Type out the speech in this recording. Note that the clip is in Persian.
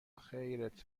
خیرت